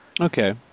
Okay